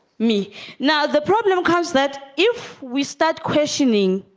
me now the problem occurs that if we start questioning,